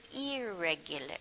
irregular